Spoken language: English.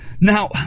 Now